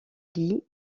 lee